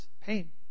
pain